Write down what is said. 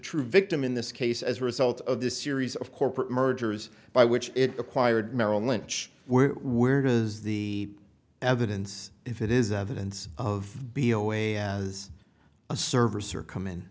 true victim in this case as a result of this series of corporate mergers by which it acquired merrill lynch where where does the evidence if it is evidence of be zero am as a service or come in